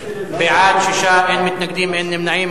אין מתנגדים, אין נמנעים.